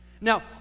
Now